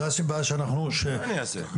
זו הסיבה --- מה אני אעשה?